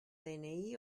dni